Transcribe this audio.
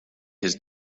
his